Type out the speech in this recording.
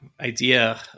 idea